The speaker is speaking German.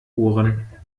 ohren